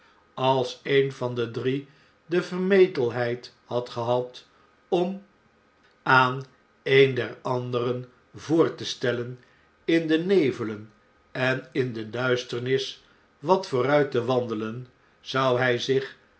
als een van de drie de vermetelheid had gehad om aah een der anderen voor te stellen in den nevel en in de duisternis wat vooruit te wandelen zou hjj zich